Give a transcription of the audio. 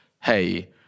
hey